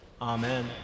Amen